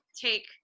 take